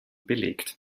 belegt